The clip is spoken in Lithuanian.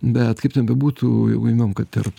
bet kaip ten bebūtų jau jau imam kad terp